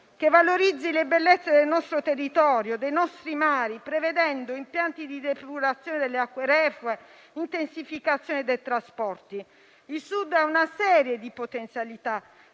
che valorizzi le bellezze del nostro territorio e dei nostri mari, prevedendo impianti di depurazione delle acque reflue. Vorrei un'intensificazione dei trasporti. Il Sud ha una serie di potenzialità: